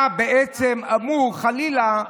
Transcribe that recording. היה בעצם אמור, חלילה,